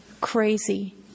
crazy